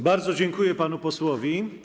Bardzo dziękuję panu posłowi.